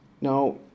Now